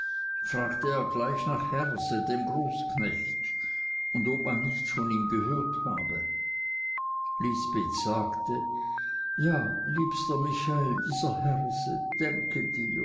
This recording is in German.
fragte er gleich nach herse dem großknecht und ob man nichts von ihm gehört habe lisbeth sagte ja liebster michael dieser herse denke dir